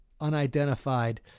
unidentified